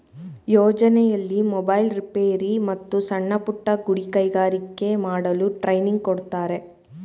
ಯೋಜನೆಯಲ್ಲಿ ಮೊಬೈಲ್ ರಿಪೇರಿ, ಮತ್ತು ಸಣ್ಣಪುಟ್ಟ ಗುಡಿ ಕೈಗಾರಿಕೆ ಮಾಡಲು ಟ್ರೈನಿಂಗ್ ಕೊಡ್ತಾರೆ